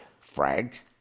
Frank